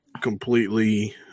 completely –